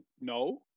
no